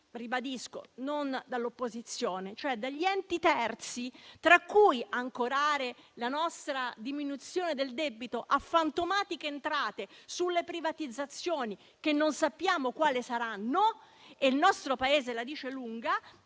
ribadisco - non dall'opposizione, cioè da enti terzi. Peraltro, ancorare la diminuzione del nostro debito a fantomatiche entrate da privatizzazioni, che non sappiamo quali saranno - e il nostro Paese la dice lunga